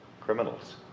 criminals